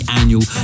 annual